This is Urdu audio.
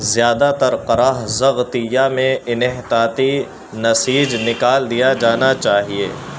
زیادہ تر قرح ضغطیہ میں انحطاطی نسیج نکال دیا جانا چاہیے